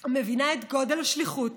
מבינה את גודל השליחות